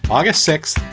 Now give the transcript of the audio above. august sixth.